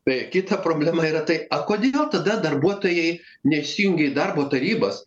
tai kita problema yra tai a kodėl tada darbuotojai nesijungia į darbo tarybas